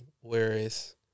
Whereas